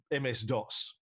MS-DOS